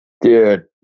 Dude